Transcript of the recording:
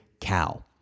Cow